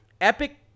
Epic